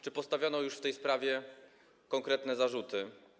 Czy postawiono już w tej sprawie konkretne zarzuty?